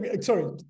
sorry